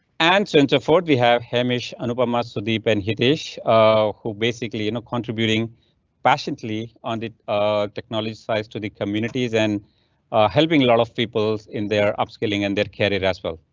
answer to ford we have hamish and obama so deep and he dish who basically you know contributing passionately on the technology size to the communities and helping a lot of people's in there upscaling and their carrier as well.